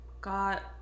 got